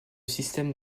système